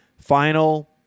final